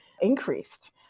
increased